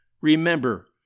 remember